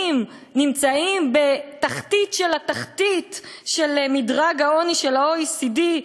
נמצאים בתחתית של התחתית של מדרג העוני של ה-OECD,